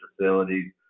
facilities